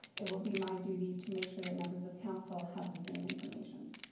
it will be my duty to make sure that members of council have the same information.